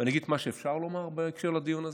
ואני אגיד את מה שאפשר לומר בהקשר לדיון הזה.